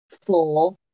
Four